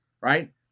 right